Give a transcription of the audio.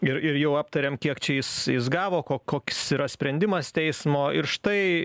ir ir jau aptarėm kiek čia jis jis gavo ko koks yra sprendimas teismo ir štai